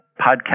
podcast